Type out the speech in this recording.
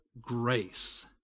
grace